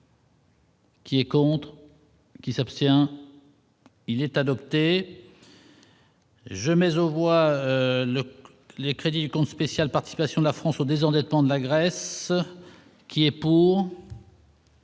Qui est contre. Qui s'abstient, il est adopté. Je mais au bois le les crédits compte spécial, participation de la France au désendettement de la Grèce. Qui est pour.